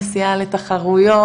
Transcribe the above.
נסיעה לתחרויות?